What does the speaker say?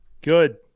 Good